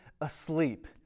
asleep